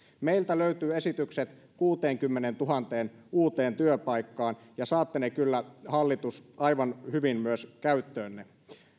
meiltä löytyy esitykset kuuteenkymmeneentuhanteen uuteen työpaikkaan ja saatte ne kyllä hallitus aivan hyvin myös käyttöönne